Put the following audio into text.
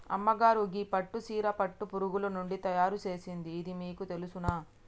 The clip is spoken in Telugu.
అమ్మగారు గీ పట్టు సీర పట్టు పురుగులు నుండి తయారు సేసింది ఇది మీకు తెలుసునా